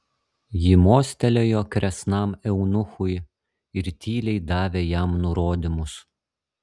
ji mostelėjo kresnam eunuchui ir tyliai davė jam nurodymus